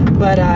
but,